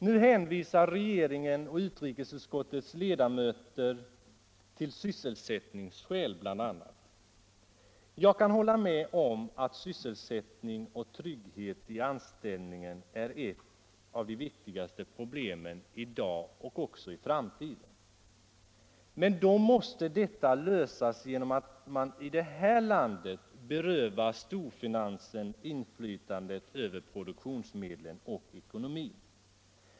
Nu hänvisar regeringen och utrikesutskottets ledamöter till bl.a. sysselsättningsskäl. Jag kan hålla med om att sysselsättning och trygghet i anställningen är ett av de viktigaste problemen i dag och i framtiden. Men då måste detta lösas genom att man i det här landet berövar storfinansen inflytandet över produktionsmedlen och ekonomin.